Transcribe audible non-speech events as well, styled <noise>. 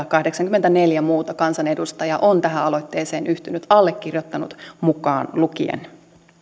<unintelligible> kahdeksankymmentäneljä muuta kansanedustajaa on tähän aloitteeseen yhtynyt allekirjoittanut mukaan lukien